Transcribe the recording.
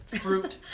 fruit